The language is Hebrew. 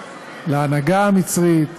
להנהגה המצרית,